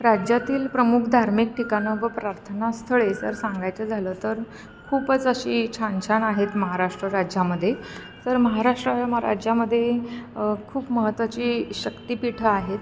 राज्यातील प्रमुख धार्मिक ठिकाणं व प्रार्थना स्थळे जर सांगायचं झालं तर खूपच अशी छान छान आहेत महाराष्ट्र राज्यामध्ये तर महाराष्ट्र म राज्यामध्ये खूप महत्त्वाची शक्तिपीठं आहेत